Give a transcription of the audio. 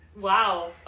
Wow